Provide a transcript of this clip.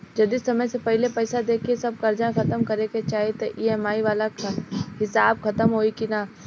जदी समय से पहिले पईसा देके सब कर्जा खतम करे के चाही त ई.एम.आई वाला हिसाब खतम होइकी ना?